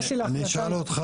אני אשאל אותך